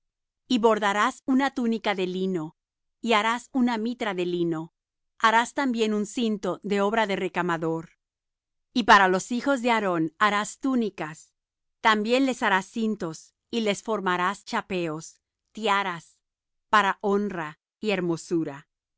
y bordarás una túnica de lino y harás una mitra de lino harás también un cinto de obra de recamador y para los hijos de aarón harás túnicas también les harás cintos y les formarás chapeos tiaras para honra y hermosura